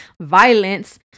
violence